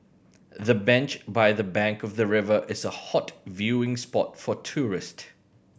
the bench by the bank of the river is a hot viewing spot for tourist